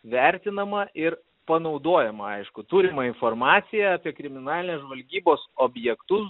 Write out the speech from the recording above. vertinama ir panaudojama aišku turima informacija apie kriminalinės žvalgybos objektus